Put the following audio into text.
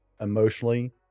emotionally